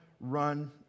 run